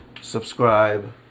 subscribe